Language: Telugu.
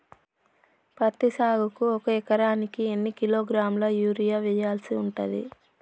పత్తి సాగుకు ఒక ఎకరానికి ఎన్ని కిలోగ్రాముల యూరియా వెయ్యాల్సి ఉంటది?